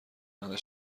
همه